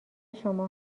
شما